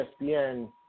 ESPN